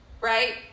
right